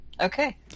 Okay